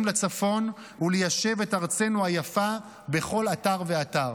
לצפון וליישב את ארצנו היפה בכל אתר ואתר,